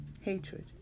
Hatred